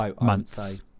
months